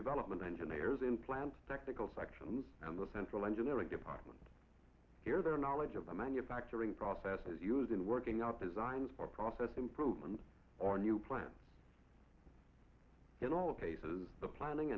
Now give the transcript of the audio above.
development engineers in plant technical sections and the central engineering department here their knowledge of the manufacturing process is used in working out designs for process improvement or new plan in all cases the planning